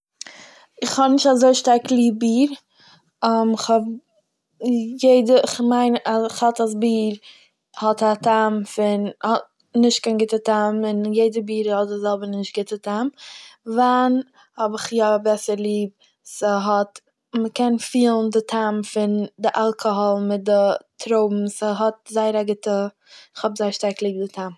איך האב נישט אזוי שטארק ליב ביר, כ'האב יעדע- כ'מיין כ'האלט אז ביר האט א טעם פון- האט נישט קיין גוטע טעם, און יעדע ביר האט די זעלבע נישט גוטע טעם, וויין האב איך יא בעסער ליב, ס'האט- מ'קען פילן די טעם פון די אלקאהאל מיט די טרויבן, ס'האט זייער א גוטע- כ'האב זייער שטארק ליב די טעם.